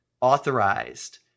authorized